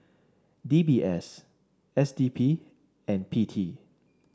D B S S D P and P T